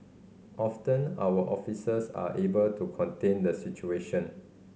often our officers are able to contain the situation